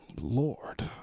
Lord